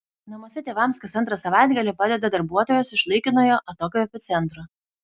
namuose tėvams kas antrą savaitgalį padeda darbuotojos iš laikinojo atokvėpio centro